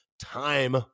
Time